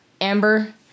Amber